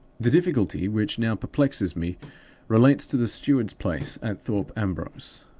the difficulty which now perplexes me relates to the steward's place at thorpe ambrose.